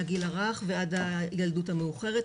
מהגיל הרך ועד הילדות המאוחרת,